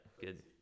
good